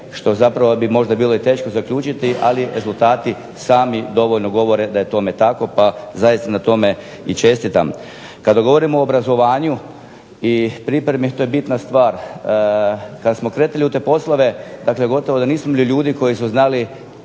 što zapravo bi možda bilo teško zaključiti, ali rezultati sami govore da je tome tako, pa zaista na tome i čestitam. Kada govorimo o obrazovanju i pripremi to je bitna stvar. Kada smo kretali u te poslove gotovo da nismo ... ljudi koji su znali